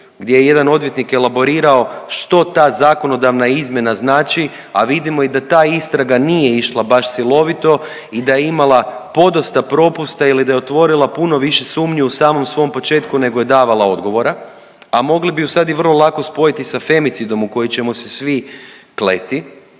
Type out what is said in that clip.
gdje je jedan odvjetnik elaborirao što ta zakonodavna izmjena znači, a vidimo i da ta istraga nije išla baš silovito i da je imala podosta propusta ili da je otvorila puno više sumnji u samom svom početku nego je davala odgovora, a mogli bi ju sad i vrlo lako spojiti sa femicidom u koji ćemo se svi kleti,